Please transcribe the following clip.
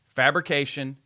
fabrication